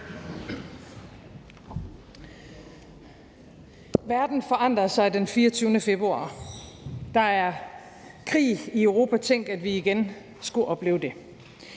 Verden forandrede sig den 24. februar. Der er krig i Europa – tænk, at vi igen skulle opleve det.